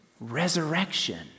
resurrection